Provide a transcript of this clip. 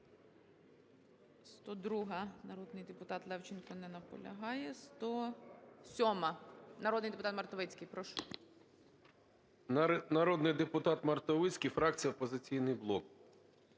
Народний депутат Мартовицький, фракція "Опозиційний блок".